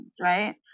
right